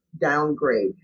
downgrade